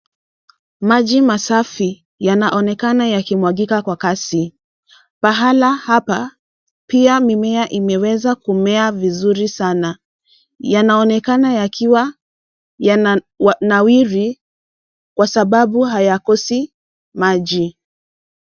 Maji masafi yanaonekana yakimwagika kwa kasi. pahala hapa pia mimea imeweza kumea vizuri sana. Yanonekana yakiwa yananawiri kwa sababu hayakosi maji.